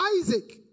isaac